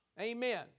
Amen